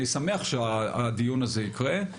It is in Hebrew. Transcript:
אני שמח שהדיון הזה יקרה,